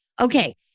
Okay